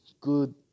good